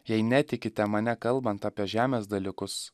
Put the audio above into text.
jei netikite mane kalbant apie žemės dalykus